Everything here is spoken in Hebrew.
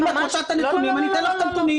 אם את רוצה את הנתונים, אני אתן לך את הנתונים.